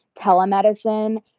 telemedicine